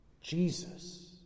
Jesus